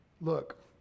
Look